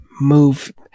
move